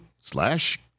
slash